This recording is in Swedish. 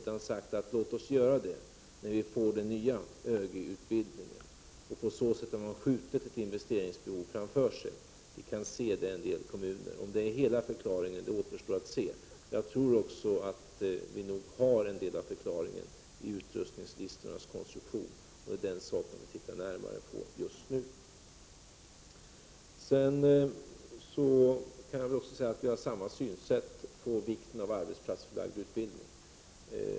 I stället har man sagt att det skall göras när den nya ÖGY utbildningen startar. På så sätt har man skjutit ett investeringsbehov framför sig. Vi kan se att det har varit så i en del kommuner. Om detta är hela förklaringen återstår att se. Jag tror också att vi nog har en del av förklaringen i utrustningslistornas konstruktion. Det är detta som vi ser över just nu. Ulf Melin och jag har samma synsätt när det gäller vikten av arbetsplatsförlagd utbildning.